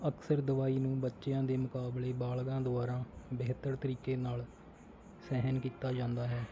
ਅਕਸਰ ਦਵਾਈ ਨੂੰ ਬੱਚਿਆਂ ਦੇ ਮੁਕਾਬਲੇ ਬਾਲਗਾਂ ਦੁਆਰਾ ਬਿਹਤਰ ਤਰੀਕੇ ਨਾਲ ਸਹਿਣ ਕੀਤਾ ਜਾਂਦਾ ਹੈ